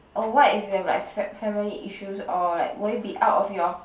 oh what if you have like fam~ family issues or like will it be out of your